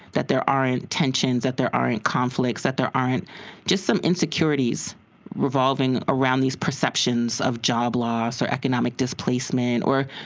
that there aren't tensions, that there aren't conflicts, that there aren't just some insecurities revolving around these perceptions of job loss or economic displacement or,